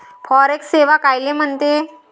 Forex सेवा कायले म्हनते?